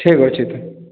ଠିକ ଅଛି ଏଟା